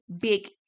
big